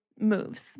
moves